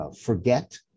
forget